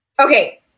okay